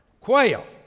Quail